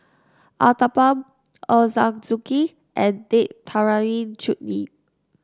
Uthapam Ochazuke and Date Tamarind Chutney